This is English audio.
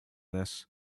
this